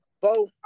Bo